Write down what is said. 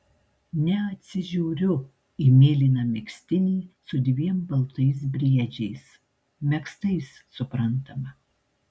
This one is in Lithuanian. neatsižiūriu į mėlyną megztinį su dviem baltais briedžiais megztais suprantama